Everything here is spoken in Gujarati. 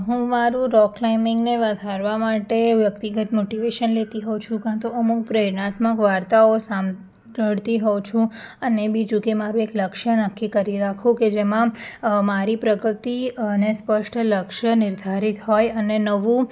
હું મારૂં રોકક્લાઇમ્બિંગને વધારવા માટે વાત કરવા માટે વ્યક્તિગત મોટીવેશન લેતી હોઉં છુ કાં તો અમુક પ્રેરણાત્મક વાર્તાઓ સાંભળતી હોઉં છું અને બીજું કે મારું એક લક્ષ્ય નક્કી કરી રાખું કે જેમાં મારી પ્રકૃતિ અને સ્પષ્ટ લક્ષ્ય નિર્ધારિત હોય અને નવું